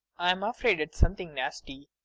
i'm afraid it's something nasty.